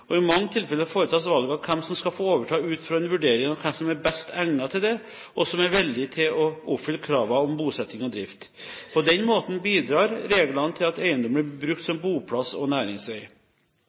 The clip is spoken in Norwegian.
og i mange tilfeller foretas valget av hvem som skal få overta, ut fra en vurdering av hvem som er best egnet til det, og som er villig til å oppfylle kravene om bosetting og drift. På den måten bidrar reglene til at eiendommen blir brukt som boplass og næringsvei.